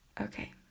okay